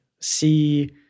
see